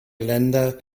länder